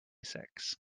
six